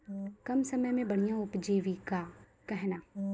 कम समय मे बढ़िया उपजीविका कहना?